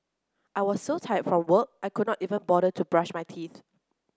I was so tired from work I could not even bother to brush my teeth